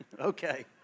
okay